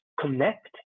connect